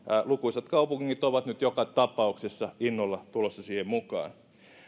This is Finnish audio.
lukuisat kaupungit ovat nyt joka tapauksessa innolla tulossa siihen mukaan